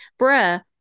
bruh